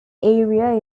area